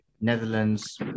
Netherlands